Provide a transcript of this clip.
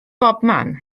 bobman